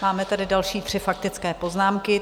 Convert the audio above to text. Máme tady další tři faktické poznámky.